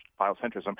biocentrism